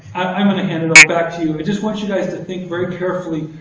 i'm gonna hand it all back to you. i just want you guys to think very carefully,